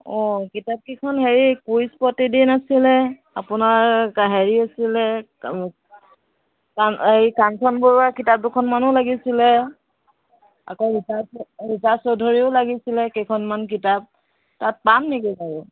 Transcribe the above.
অ' কিতাপকিখন হেৰি কুইজ প্ৰতিদিন আছিলে আপোনাৰ হেৰি আছিলে কা হেৰি কাঞ্চন বৰুৱাৰ কিতাপ দুখনমানো লাগিছিলে আকৌ ৰীতা চ ৰীতা চৌধুৰীও লাগিছিলে কেইখনমান কিতাপ তাত পাম নিকি বাৰু